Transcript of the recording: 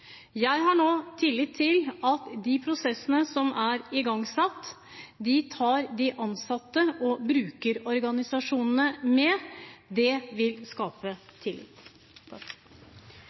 Jeg har nå tillit til at de prosessene som er igangsatt, tar de ansatte og brukerorganisasjonene med. Det vil skape tillit.